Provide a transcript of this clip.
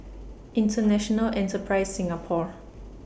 International Enterprise Singapore